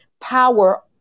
power